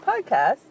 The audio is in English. podcast